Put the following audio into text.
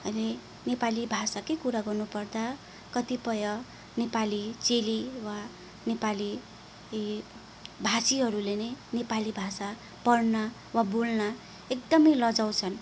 अहिले नेपाली भाषाकै कुरा गर्नु पर्दा कतिपय नेपाली चेली वा नेपाली यी भाषीहरूले नै नेपाली भाषा पढ्न वा बोल्न एकदमै लजाउँछन्